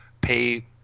pay